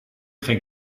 geen